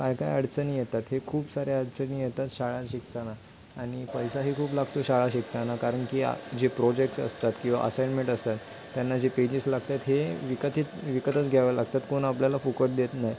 काय काय अडचणी येतात हे खूप साऱ्या अडचणी येतात शाळा शिकताना आणि पैसाही खूप लागतो शाळा शिकताना कारण की जे प्रोजेक्ट्स असतात किंवा असाईनमेंट असतात त्यांना जे पेजेस लागतात हे विकतीत विकतच घ्यावं लागतात कोण आपल्याला फुकट देत नाही